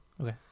okay